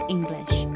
English